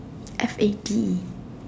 F A D